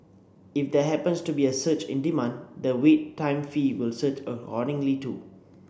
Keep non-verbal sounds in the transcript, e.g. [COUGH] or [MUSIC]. if there happens to be a surge in demand the Wait Time fee will surge [UNINTELLIGIBLE] too